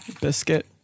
Biscuit